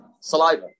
saliva